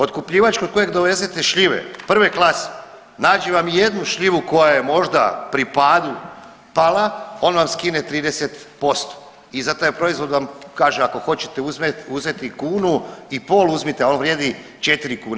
Otkupljivač kod kojeg dovezete šljive prve klase, nađe vam jednu šljivu koja je možda pri padu pala on vam skine 30% i za taj proizvod vam kaže ako hoćete uzeti kunu i pol uzmite, a on vrijedi 4 kune.